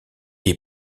est